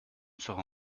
sera